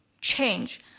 change